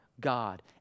God